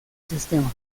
sistema